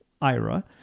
IRA